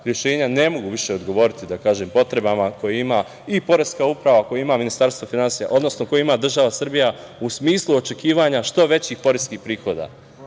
ne mogu više odgovoriti potrebama koje ima i Poreska uprava i koje ima Ministarstvo finansija, odnosno koje ima država Srbija u smislu očekivanja što većih poreskih prihoda. Prema